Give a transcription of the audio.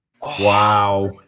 Wow